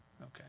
okay